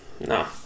no